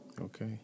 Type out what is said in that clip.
Okay